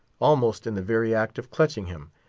almost in the very act of clutching him,